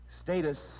status